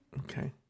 Okay